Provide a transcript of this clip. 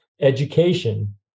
Education